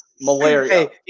Malaria